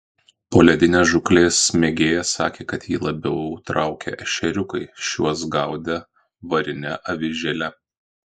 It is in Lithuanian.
poledinės žūklės mėgėjas sakė kad jį labiau traukia ešeriukai šiuos gaudė varine avižėle